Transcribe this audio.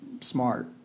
smart